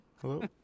hello